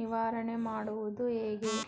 ನಿವಾರಣೆ ಮಾಡುವುದು ಹೇಗೆ?